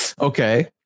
Okay